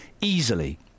Easily